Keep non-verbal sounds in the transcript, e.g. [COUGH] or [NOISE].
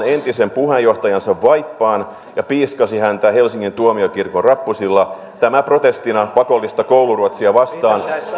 [UNINTELLIGIBLE] entisen puheenjohtajansa vaippaan ja piiskasi häntä helsingin tuomiokirkon rappusilla tämä protestina pakollista kouluruotsia vastaan